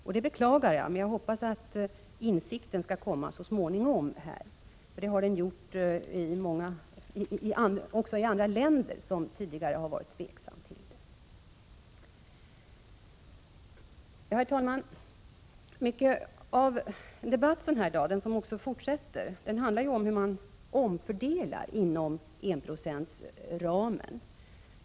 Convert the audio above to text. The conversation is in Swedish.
Detta beklagar jag, men jag hoppas att insikten skall komma så småningom, som den har gjort i andra länder som tidigare varit tveksamma. Herr talman! Mycket av den debatt som förs en sådan här dag handlar om hur man omfördelar inom enprocentsramen.